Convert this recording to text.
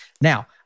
Now